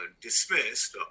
dismissed